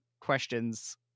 questions